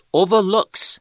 overlooks